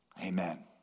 Amen